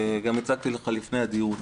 וגם הצעתי לך לפני הדיון,